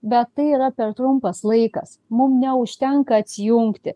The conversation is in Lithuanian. bet tai yra per trumpas laikas mum neužtenka atsijungti